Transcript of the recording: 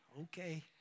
Okay